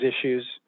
issues